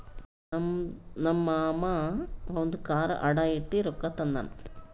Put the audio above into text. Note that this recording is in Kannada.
ನಮ್ ಮಾಮಾ ಅವಂದು ಕಾರ್ ಅಡಾ ಇಟ್ಟಿ ರೊಕ್ಕಾ ತಂದಾನ್